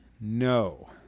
No